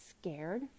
scared